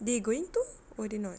they going to or they not